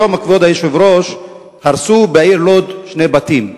היום, כבוד היושב-ראש, הרסו בעיר לוד שני בתים.